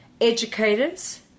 educators